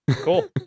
Cool